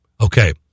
okay